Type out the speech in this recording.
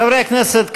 חברי הכנסת,